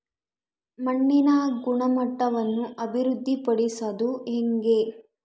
ಮಣ್ಣಿನ ಗುಣಮಟ್ಟವನ್ನು ಅಭಿವೃದ್ಧಿ ಪಡಿಸದು ಹೆಂಗೆ?